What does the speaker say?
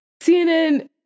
cnn